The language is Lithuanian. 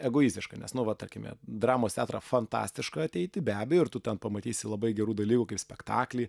egoistiška nes nu va tarkime dramos teatrą fantastišką ateiti be abejo ir tu ten pamatysi labai gerų dalykų kaip spektaklį